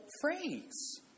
phrase